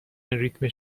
ریتم